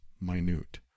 minute